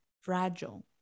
fragile